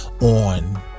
on